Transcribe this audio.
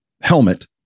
helmet